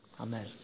amen